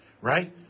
right